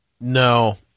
No